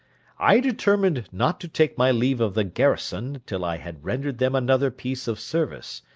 i determined not to take my leave of the garrison till i had rendered them another piece of service,